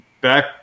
back